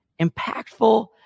impactful